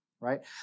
Right